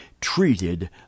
treated